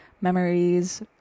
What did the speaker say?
memories